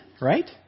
right